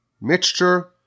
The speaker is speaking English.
mixture